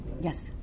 Yes